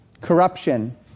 corruption